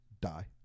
die